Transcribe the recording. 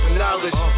knowledge